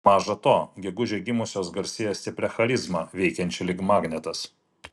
maža to gegužę gimusios garsėja stipria charizma veikiančia lyg magnetas